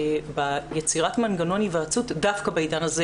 ביצירת מנגנון היוועצות דווקא בעידן הזה.